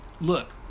look